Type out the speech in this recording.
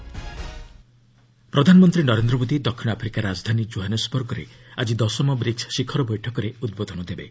PM BRICS ପ୍ରଧାନମନ୍ତ୍ରୀ ନରେନ୍ଦ୍ର ମୋଦି ଦକ୍ଷିଣ Africa ରାଜଧାନୀ ଜୋହାନ୍ସବର୍ଗରେ ଆଜି ଦଶମ ବ୍ରିକ୍ସ ଶିଖର ବୈଠକରେ ଉଦ୍ବୋଧନ ଦେବେ